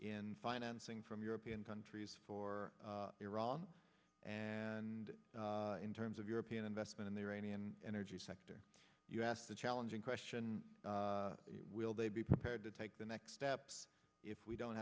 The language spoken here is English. in financing from european countries for iran and in terms of european investment in the iranian energy sector you asked the challenging question will they be prepared to take the next step if we don't